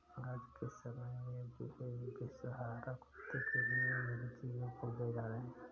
आज के समय में बेसहारा कुत्तों के लिए भी एन.जी.ओ खोले जा रहे हैं